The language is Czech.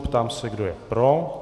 Ptám se, kdo je pro.